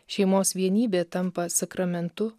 šeimos vienybė tampa sakramentu